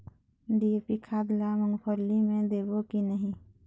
DAP खाद ला मुंगफली मे देबो की नहीं?